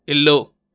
ఇల్లు